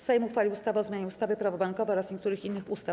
Sejm uchwalił ustawę o zmianie ustawy - Prawo bankowe oraz niektórych innych ustaw.